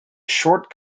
short